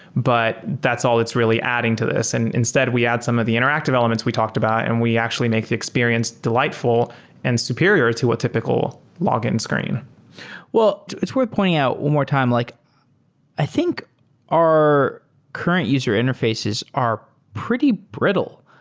but that's all it's really adding to this. and instead, we add some of the interactive elements we talked about and we actually make the experience delightful and superior to a typical login screen well, it's worth pointing out one more time. like i think our current user interfaces are pretty brittle.